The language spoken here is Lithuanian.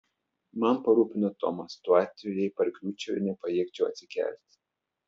man parūpino tomas tuo atveju jei pargriūčiau ir nepajėgčiau atsikelti